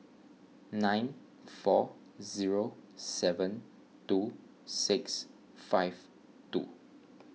nine four zero seven two six five two